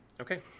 Okay